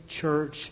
church